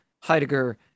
Heidegger